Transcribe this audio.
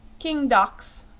king dox,